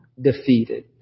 defeated